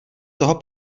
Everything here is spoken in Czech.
toho